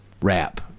rap